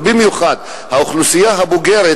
ובמיוחד האוכלוסייה הבוגרת,